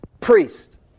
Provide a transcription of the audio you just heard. priest